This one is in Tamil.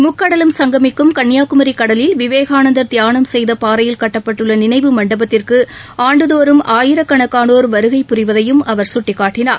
ழுக்கடலும் சங்கமிக்கும் கன்னியாகுமரிகடலில் விவேகானந்தர் தியானம் செய்தபாறையில் கட்டப்பட்டுள்ளநினைவு மண்டபத்திற்குஆண்டுதோறும் ஆயிரக்கணக்காளோா் வருகை புரிவதையும் அவா் சுட்டிக்காட்டினார்